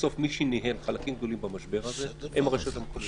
בסוף מי שניהל חלקים גדולים במשבר הזה הן הרשויות המקומיות,